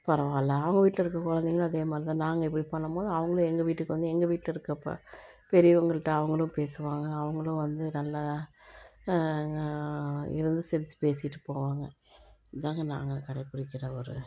பரவாயில்லை அவங்க வீட்டில் இருக்க குழைத்தைங்களும் அதே மாதிரிதான் நாங்கள் இப்படி பண்ணும்போது அவங்களும் எங்கள் வீட்டுக்கு வந்து எங்கள் வீட்டில் இருக்கிறப்ப பெரியவங்கள்கிட்ட அவங்களும் பேசுவாங்க அவங்களும் வந்து நல்லா இருந்து சிரித்து பேசிட்டு போவாங்க இதாங்க நாங்கள் கடைப்பிடிக்கிற ஒரு